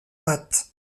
pattes